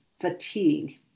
fatigue